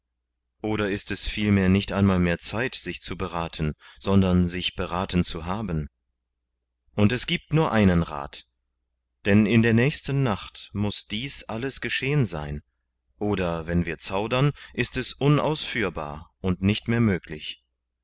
oder es ist vielmehr nicht einmal mehr zeit sich zu beraten sondern sich beraten zu haben und es gibt nur einen rat denn in der nächsten nacht muß dies alles geschehen sein oder wenn wir zaudern ist es unausführbar und nicht mehr möglich